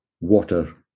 water